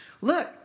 Look